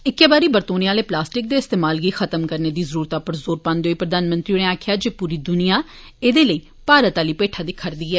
इक्कै बारी बरतोने आले प्लास्टिक दे इस्तेमाल गी खत्म करने दी जरूरते उप्पर जोर पान्दे होई प्रधानमंत्री होरें आक्खेया जे पूरी दुनियां ऐदे तेई भारत आली पैठा दिक्खा र दी ऐ